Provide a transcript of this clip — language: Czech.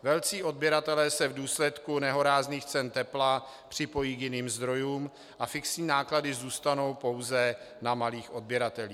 Velcí odběratelé se v důsledku nehorázných cen tepla připojí k jiným zdrojům a fixní náklady zůstanou pouze na malých odběratelích.